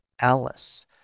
Alice